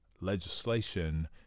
legislation